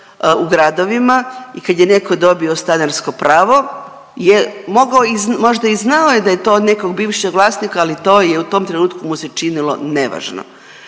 u gradovima i kad je neko dobio stanarsko pravo je mogao možda i znao da je to od nekog bivšeg vlasnika, ali to u tom trenutku mu se činilo nevažno.